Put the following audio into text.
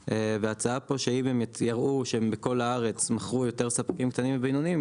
ההצעה פה שאם באמת יראו שהם בכל הארץ מכרו יותר ספקים קטנים מבינונים,